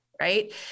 right